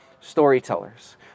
storytellers